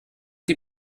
die